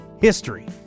history